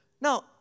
Now